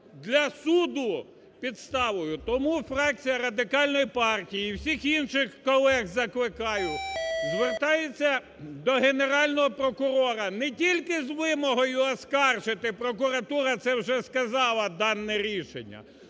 для суду підставою. Тому фракція Радикальної партії і всіх інших колег закликаю, звертаюся до Генерального прокурора, не тільки з вимогою оскаржити, прокуратура це вже сказала дане рішення,